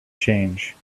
change